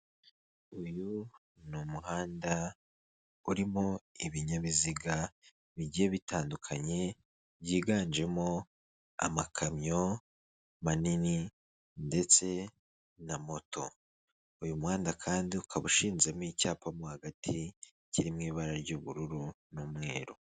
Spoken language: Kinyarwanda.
Uyu ni umuhanda urimo ibinyabiziga bigiye bitandukanye byiganjemo amakamyo manini ndetse na moto, uyu muhanda kandi ukaba ushizezemo icyapa mo hagati kiri mu ibara ry'ubururu n'umweru.